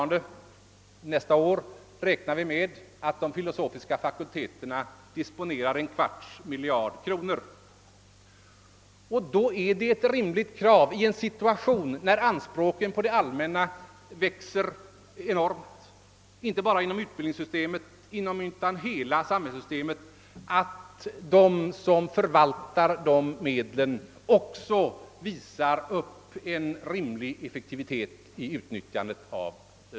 Nästa år räknar vi med att de filosofiska fakulteterna disponerar över en kvarts miljard kronor, och i en situation då anspråken på det allmänna växer enormt, inte bara inom utbildningsväsendet utan beträffande hela samhällssystemet, är det rimligt att de som förvaltar medlen också visar upp en rimlig effektivitet.